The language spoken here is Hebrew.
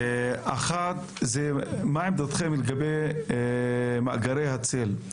אחת, מה עמדתכם לגבי מאגרי הצל?